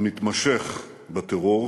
המתמשך בטרור,